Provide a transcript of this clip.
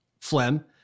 phlegm